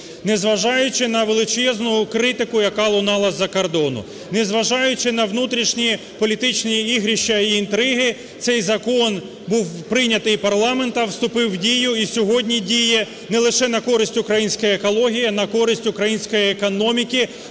Незважаючи на величезну критику, яка лунала із-за кордону, незважаючи на внутрішні політичні ігрища і інтриги, цей закон був прийнятий парламентом, вступив у дію і сьогодні діє не лише на користь української екології, а і на користь української економіки,